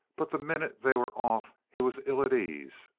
but the minute they were off he was ill at ease.